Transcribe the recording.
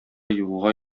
юлга